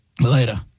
Later